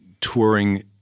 touring